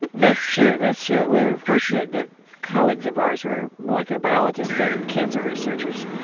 that's true, that's true. we were fortunate that colleagues of ours were molecular biologists and cancer researchers.